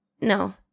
No